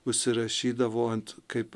užsirašydavo ant kaip